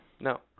No